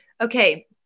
Okay